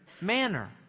manner